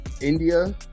India